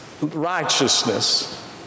righteousness